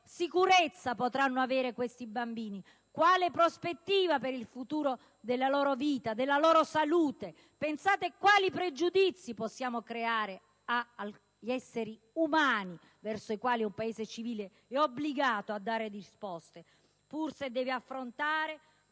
sicurezza potranno avere questi bambini, quale prospettiva per il futuro della loro vita, della loro salute; pensate quali pregiudizi possiamo creare ad esseri umani verso i quali un Paese civile è obbligato a dare risposte, pur se deve affrontare